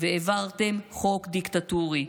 והעברתם חוק דיקטטורי,